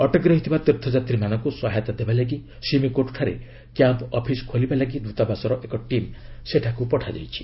ଅଟକି ରହିଥିବା ତୀର୍ଥଯାତ୍ରୀମାନଙ୍କୁ ସହାୟତା ଦେବାଲାଗି ସିମିକୋଟ୍ଠାରେ କ୍ୟାମ୍ପ୍ ଅଫିସ୍ ଖୋଲିବା ଲାଗି ଦ୍ତାବାସର ଏକ ଟିମ୍ ସେଠାକୁ ପଠାଯାଇଛି